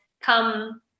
come